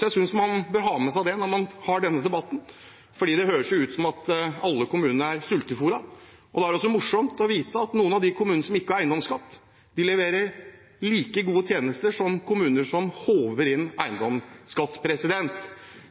Jeg synes man bør ha med seg det når man har denne debatten, for det høres ut som om alle kommunene er sultefôret. Det er også morsomt å vite at noen av de kommunene som ikke har eiendomsskatt, leverer like gode tjenester som kommuner som håver inn eiendomsskatt –